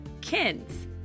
Kids